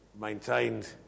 maintained